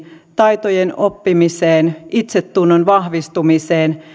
taitojen oppimiseen itsetunnon vahvistumiseen